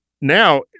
now –